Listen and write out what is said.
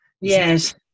Yes